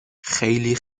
خیلی